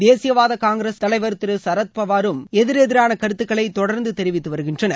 தேசியவாத காங்கிரஸ் திரு சரத்பவாரும் எதிர் எதிரான கருத்துக்களை தொடர்ந்து தெரிவித்து வருகின்றனர்